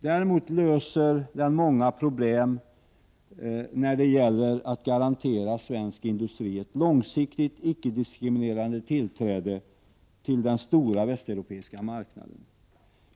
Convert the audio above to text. Däremot löser den många problem när det gäller att garantera svensk industri ett långsiktigt icke-diskriminerande tillträde till den stora västeuropeiska marknaden.